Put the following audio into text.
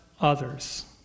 others